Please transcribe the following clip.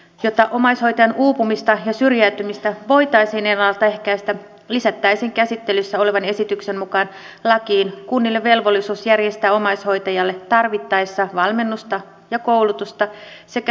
jotta omaishoitajan uupumista ja syrjäytymistä voitaisiin ennalta ehkäistä lisättäisiin käsittelyssä olevan esityksen mukaan lakiin kunnille velvollisuus järjestää omaishoitajalle tarvittaessa valmennusta ja koulutusta sekä hyvinvointi ja terveystarkastuksia